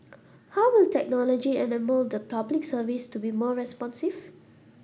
how will technology enable the Public Service to be more responsive